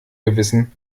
gewissen